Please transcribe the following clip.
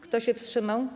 Kto się wstrzymał?